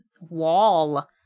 wall